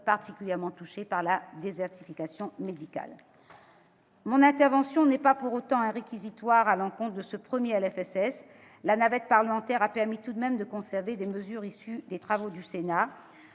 particulièrement touchés par la désertification médicale. Mon intervention ne se veut pas pour autant un réquisitoire à l'encontre de ce premier PLFSS. La navette parlementaire a malgré tout permis de conserver des mesures issues des travaux du Sénat,